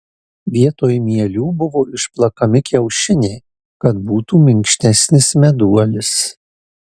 vietoj mielių buvo išplakami kiaušiniai kad būtų minkštesnis meduolis